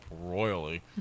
royally